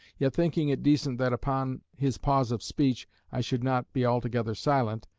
yet thinking it decent that upon his pause of speech i should not be altogether silent,